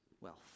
wealth